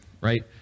right